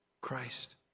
Christ